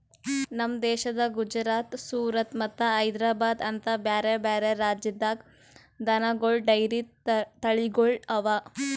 ನಮ್ ದೇಶದ ಗುಜರಾತ್, ಸೂರತ್ ಮತ್ತ ಹೈದ್ರಾಬಾದ್ ಅಂತ ಬ್ಯಾರೆ ಬ್ಯಾರೆ ರಾಜ್ಯದಾಗ್ ದನಗೋಳ್ ಡೈರಿ ತಳಿಗೊಳ್ ಅವಾ